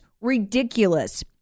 ridiculous